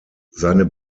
seine